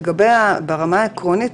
ברמה העקרונית,